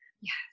Yes